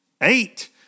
eight